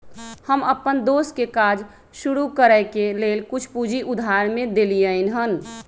हम अप्पन दोस के काज शुरू करए के लेल कुछ पूजी उधार में देलियइ हन